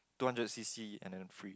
two hundred C_C and then free